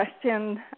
question